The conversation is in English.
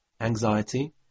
anxiety